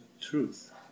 truth